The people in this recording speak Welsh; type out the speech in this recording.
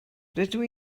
rydw